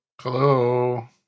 Hello